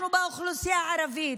אנחנו באוכלוסייה הערבית,